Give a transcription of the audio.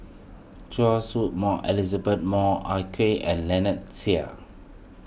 Choy Su Moi Elizabeth Moi Ah Kay and Lynnette Seah